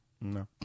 No